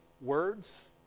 words